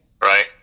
Right